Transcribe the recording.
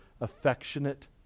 affectionate